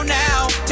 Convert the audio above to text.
now